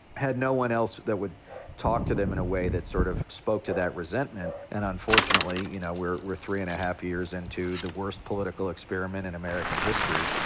had no one else that would talk to them in a way that sort of spoke to that resentment. and unfortunately, you know, we're we're three and a half years into the worst political experiment in american history.